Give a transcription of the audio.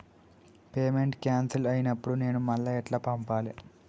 Payment cancel అయినపుడు నేను మళ్ళా ఎట్ల పంపాలే?